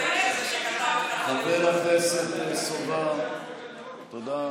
חבר הכנסת סובה, תודה.